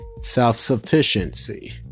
self-sufficiency